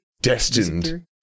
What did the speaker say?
Destined